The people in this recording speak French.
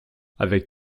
avec